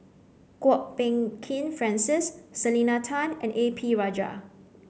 Kwok Peng Kin Francis Selena Tan and A P Rajah